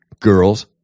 girls